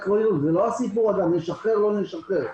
זה לא הסיפור אם לשחרר או לא לשחרר.